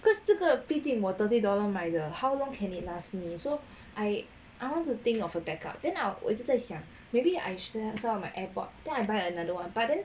cause 这个我 fifty dollar 买的 how long can it last me so I I want to think of a backup then I will 一直在想 maybe I share some of my airpod then I buy another one but then